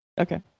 Okay